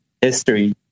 history